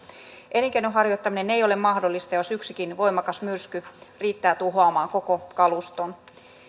elinkeinon harjoittaminen ei ole mahdollista jos yksikin voimakas myrsky riittää tuhoamaan koko kaluston